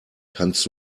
kannst